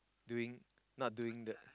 doing not doing the